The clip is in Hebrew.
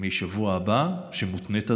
מהשבוע הבא, שמותנית עדיין,